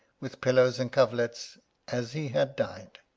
with pillows and coverlets as he had died.